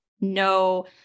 No